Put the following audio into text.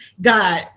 god